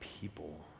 people